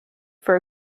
for